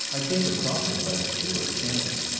i came across it by pure chance.